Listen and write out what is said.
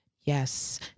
Yes